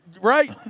right